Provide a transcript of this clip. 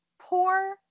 poor